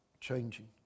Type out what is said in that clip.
changing